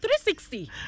360